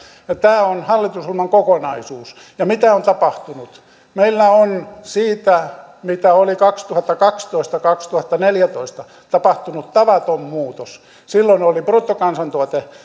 tämä on hallitusohjelman kokonaisuus ja mitä on tapahtunut meillä on siitä mitä oli kaksituhattakaksitoista viiva kaksituhattaneljätoista tapahtunut tavaton muutos silloin bruttokansantuote